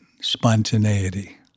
spontaneity